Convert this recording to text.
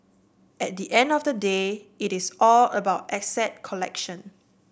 at the end of the day it is all about asset allocation